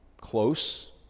close